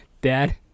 Dad